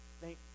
Thank